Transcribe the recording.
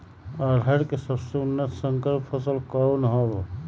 अरहर के सबसे उन्नत संकर फसल कौन हव?